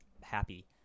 happy